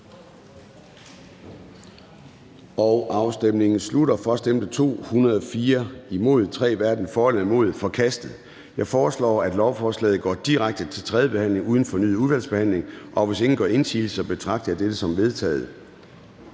hverken for eller imod stemte 3 (ALT). Ændringsforslaget er forkastet. Jeg foreslår, at lovforslaget går direkte til tredje behandling uden fornyet udvalgsbehandling. Hvis ingen gør indsigelse, betragter jeg dette som vedtaget.